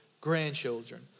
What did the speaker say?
grandchildren